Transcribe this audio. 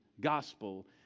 gospel